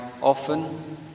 often